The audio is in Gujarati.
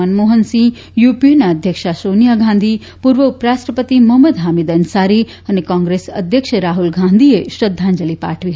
મનમોહન સિંઘ યુપીએના અધ્યક્ષા સોનિયા ગાંધી પૂર્વ ઉપરાષ્ટ્રપતિ મોહંમદ હામિદ અન્સારી અને કોંગ્રેસ અધ્યક્ષ રાહલ ગાંધીએ શ્રદ્વાંજલિ પાઠવી હતી